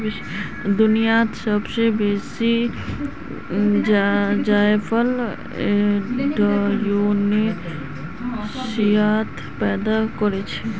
दुनियात सब स बेसी जायफल इंडोनेशियात पैदा हछेक